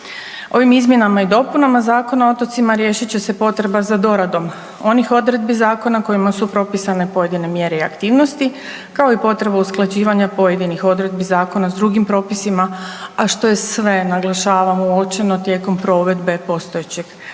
Ovim izmjenama i dopunama Zakona o otocima riješit će se potreba za doradom onih odredbi zakona kojima su propisane pojedine mjere i aktivnosti, kao i potrebu usklađivanja pojedinih odredbi zakona s drugim propisima, a što je sve, naglašavam, uočeno tijekom provedbe postojećeg Zakona